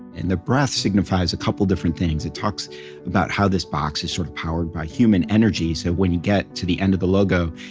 and the breath signifies a couple different things. it talks about how this box is sort of powered by human energy, so when you get to the end of the logo,